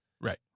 Right